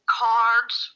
cards